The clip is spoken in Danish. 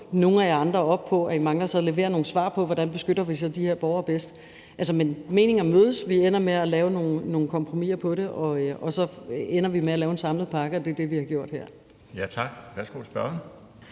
nogle af jer andre op på, at I så mangler at levere nogle svar på, hvordan vi beskytter de her borgere bedst. Men meninger mødes, og vi ender med at lave nogle kompromiser på det, og så ender vi med at lave en samlet pakke, og det er det, vi har gjort her. Kl. 12:39 Den fg.